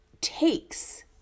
takes